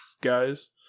guys